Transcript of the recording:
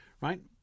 Right